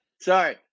sorry